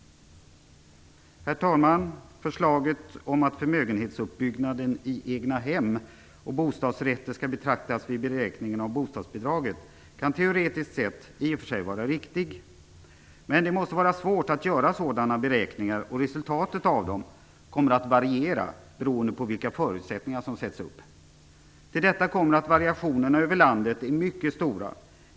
Herr talman! Förslaget om att förmögenhetsuppbyggnaden i egna hem och bostadsrätter skall betraktas vid beräkningen av bostadsbidraget kan teoretiskt sett i och för sig vara riktigt. Men det måste vara svårt att göra sådana beräkningar, och resultatet av dem kommer att variera beroende på vilka förutsättningar som sätts upp. Till detta kommer att variationerna över landet är mycket stora.